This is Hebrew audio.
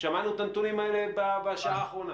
שמענו את הנתונים האלה בשעה האחרונה.